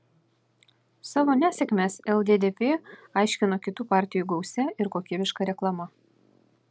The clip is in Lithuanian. savo nesėkmes lddp aiškino kitų partijų gausia ir kokybiška reklama